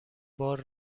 بار